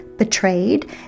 betrayed